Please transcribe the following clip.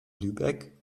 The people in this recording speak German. lübeck